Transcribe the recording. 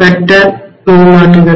கட்ட மின்மாற்றியாக மாற்றுவதில்லை